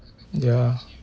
ya